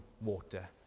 water